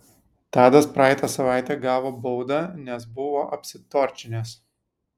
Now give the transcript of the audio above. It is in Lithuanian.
tadas praeitą savaitę gavo baudą nes buvo apsitorčinęs